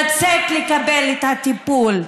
לצאת לקבל את הטיפול?